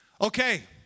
Okay